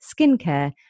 skincare